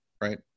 right